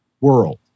world